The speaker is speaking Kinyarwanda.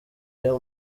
iyo